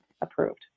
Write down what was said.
approved